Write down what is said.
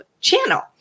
channel